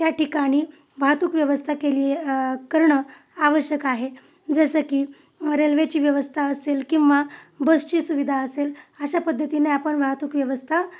त्या ठिकाणी वाहतूक व्यवस्था केली करणं आवश्यक आहे जसं की रेल्वेची व्यवस्था असेल किंवा बसची सुविधा असेल अशा पद्धतीने आपण वाहतूक व्यवस्था